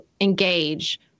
engage